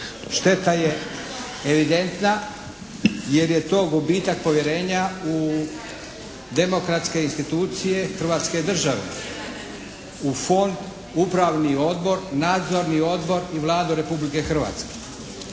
Šteta je evidentna jer je to gubitak povjerenja u demokratske institucije hrvatske države u fond Upravni odbor, Nadzorni odbor i Vladu Republike Hrvatske.